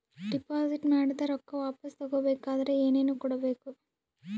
Deposit ಮಾಡಿದ ರೊಕ್ಕ ವಾಪಸ್ ತಗೊಬೇಕಾದ್ರ ಏನೇನು ಕೊಡಬೇಕು?